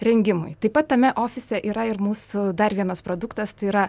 rengimui taip pat tame ofise yra ir mūsų dar vienas produktas tai yra